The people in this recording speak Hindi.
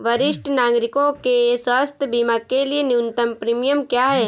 वरिष्ठ नागरिकों के स्वास्थ्य बीमा के लिए न्यूनतम प्रीमियम क्या है?